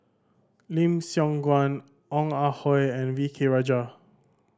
Lim Siong Guan Ong Ah Hoi and V K Rajah